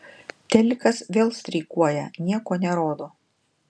telikas vėl streikuoja nieko nerodo